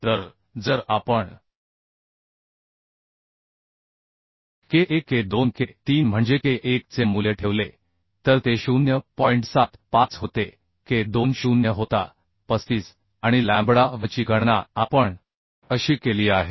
तर जर आपण K1 K2 K3 म्हणजे K1 चे मूल्य ठेवले तर ते 0 होते 75 K 2 0 होता 35 आणि लॅम्बडा Vची गणना आपण 1 अशी केली आहे